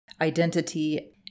identity